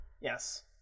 Yes